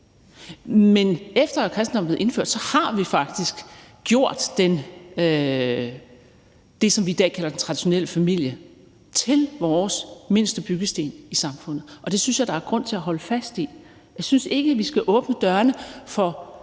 Men efter at kristendommen er blevet indført, har vi faktisk gjort det, som vi i dag kalder den traditionelle familie, til vores mindste byggesten i samfundet, og det synes jeg der er grund til at holde fast i. Jeg synes ikke, vi skal åbne dørene for